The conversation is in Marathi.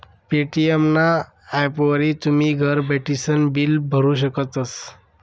पे.टी.एम ना ॲपवरी तुमी घर बठीसन बिल भरू शकतस